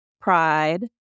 pride